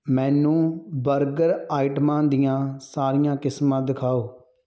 ਮੈਨੂੰ ਬਰਗਰ ਆਈਟਮਾਂ ਦੀਆਂ ਸਾਰੀਆਂ ਕਿਸਮਾਂ ਦਿਖਾਓ